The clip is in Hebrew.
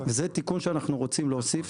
זה תיקון שאנחנו רוצים להוסיף.